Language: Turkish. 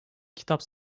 kitap